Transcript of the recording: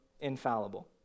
infallible